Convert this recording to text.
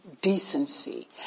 decency